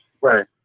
right